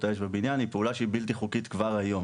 האש בבניין היא פעולה שהיא בלתי חוקית כבר היום